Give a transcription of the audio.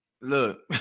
look